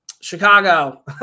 chicago